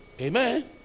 Amen